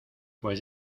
pues